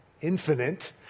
infinite